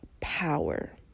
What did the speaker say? power